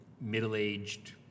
middle-aged